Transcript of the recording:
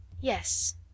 Yes